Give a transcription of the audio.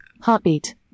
heartbeat